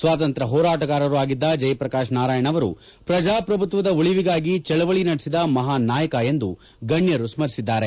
ಸ್ವಾತಂತ್ರ್ಯ ಹೋರಾಟಗಾರರೂ ಆಗಿದ್ದ ಜಯಪ್ರಕಾಶ್ ನಾರಾಯಣ ಅವರು ಪ್ರಜಾಪ್ರಭುತ್ವದ ಉಳಿವಿಗಾಗಿ ಚಳವಳಿ ನಡೆಸಿದ ಮಹಾನ್ ನಾಯಕ ಎಂದು ಗಣ್ಕರು ಸ್ಮರಿಸಿದ್ದಾರೆ